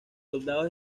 soldados